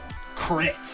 Crit